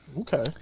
Okay